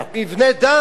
מבני דת.